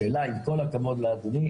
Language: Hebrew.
השאלה עם כל הכבוד לאדוני,